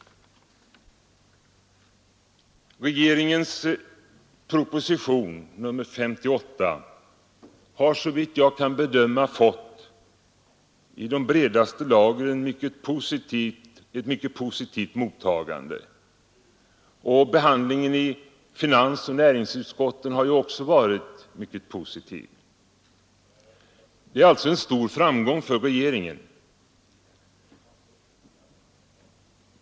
Regeringens proposition nr 58 har, såvitt jag kan bedöma, i de bredaste lager fått ett mycket positivt mottagande, och behandlingen i finansoch näringsutskotten har också varit mycket positiv. Det är alltså en stor framgång för regeringen.